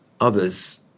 others